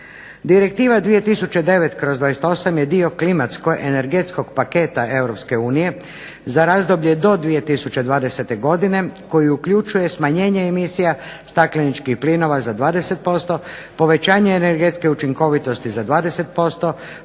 Direktiva 2009/28. je dio klimatsko-energetskog paketa Europske unije za razdoblje do 2020. godine koji uključuje smanjenje emisija stakleničkih plinova za 20%, povećanje energetske učinkovitosti za 20%,